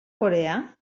coreà